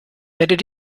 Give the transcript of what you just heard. hättet